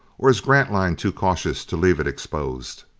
or is grantline too cautious to leave it exposed?